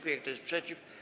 Kto jest przeciw?